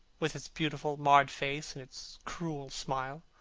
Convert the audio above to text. with its beautiful marred face and its cruel smile.